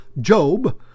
Job